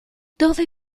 dove